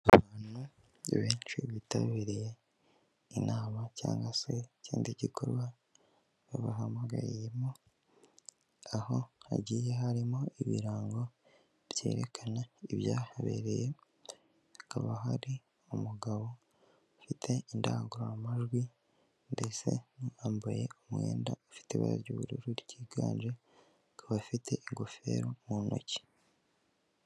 Abantu benshi bitabiriye inama cyangwa se ikindi gikorwa babahamagariyemo, aho hagiye harimo ibirango byerekana ibyahabereye, hakaba hari umugabo ufite indangururamajwi ndetse n'uwambaye umwenda afite ibara ry'ubururu ryiganje, akaba afite ingofero mu ntoki.